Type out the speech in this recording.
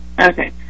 Okay